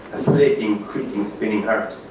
flaking, creaking, spinning heart.